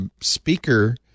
speaker